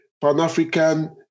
Pan-African